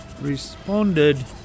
responded